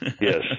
Yes